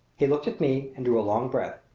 he looked at me and drew a long breath.